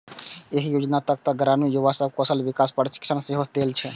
एहि योजनाक तहत ग्रामीण युवा सब कें कौशल विकास प्रशिक्षण सेहो देल जेतै